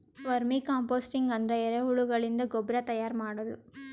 vermi composting ಅಂದ್ರ ಎರಿಹುಳಗಳಿಂದ ಗೊಬ್ರಾ ತೈಯಾರ್ ಮಾಡದು